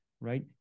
right